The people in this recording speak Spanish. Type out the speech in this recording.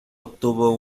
obtuvo